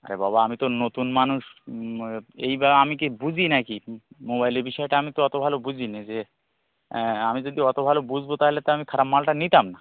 আরে বাবা আমি তো নতুন মানুষ এইবার আমি কি বুঝি নাকি মোবাইলের বিষয়টা আমি তো অত ভালো বুঝি না যে আমি যদি অত ভালো বুঝব তাহলে তো আমি খারাপ মালটা নিতাম না